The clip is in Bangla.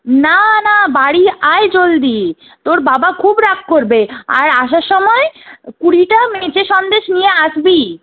না না বাড়ি আয় জলদি তোর বাবা খুব রাগ করবে আর আসার সময় কুড়িটা মেচা সন্দেশ নিয়ে আসবিই